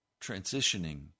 transitioning